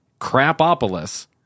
Crapopolis